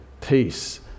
peace